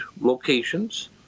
locations